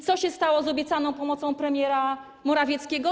Co się stało z obiecaną pomocą premiera Morawieckiego?